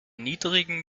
niedrigen